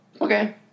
Okay